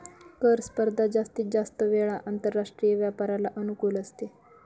कर स्पर्धा जास्तीत जास्त वेळा आंतरराष्ट्रीय व्यापाराला अनुकूल असते